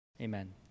Amen